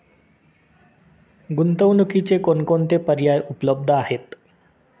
गुंतवणुकीचे कोणकोणते पर्याय उपलब्ध आहेत?